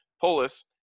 Polis